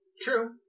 True